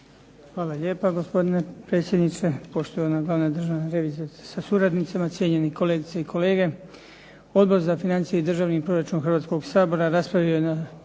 Hvala lijepa gospodine predsjedniče, poštovana glavna državna revizorice sa suradnicima, cijenjeni kolegice i kolege. Odbor za financije i državni proračun Hrvatskog sabora raspravio je na